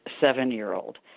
seven-year-old